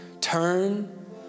turn